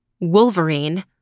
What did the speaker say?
wolverine